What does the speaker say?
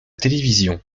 télévision